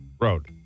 road